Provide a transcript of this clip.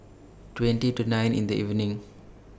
twenty to nine in The evening